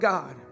God